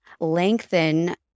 lengthen